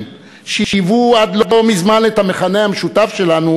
שהיוו עד לא מזמן את המכנה המשותף שלנו,